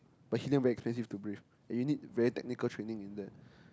but helium very expensive to breathe and you need very technical training in there